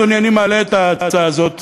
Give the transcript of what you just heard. אדוני, אני מעלה את ההצעה הזאת